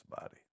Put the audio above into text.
body